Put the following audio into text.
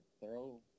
throw